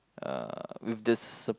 uh with the sup~